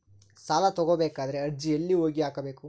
ಸಾಲ ತಗೋಬೇಕಾದ್ರೆ ಅರ್ಜಿ ಎಲ್ಲಿ ಹೋಗಿ ಹಾಕಬೇಕು?